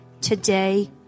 today